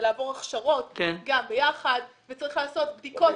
ולעבור הכשרות ביחד וצריך לעשות בדיקות